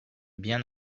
bien